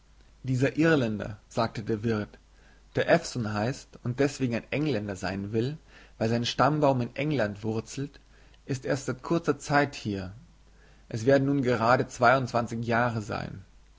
dieser irländer sagte der wirt der ewson heißt und deswegen ein engländer sein will weil sein stammbaum in england wurzelt ist erst seit kurzer zeit hier es werden nun gerade zweiundzwanzig jahre sein